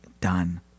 Done